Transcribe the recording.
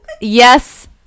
yes